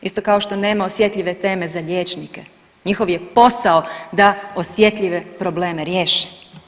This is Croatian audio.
Isto kao što nema osjetljive teme za liječnike, njihov je posao da osjetljive probleme riješe.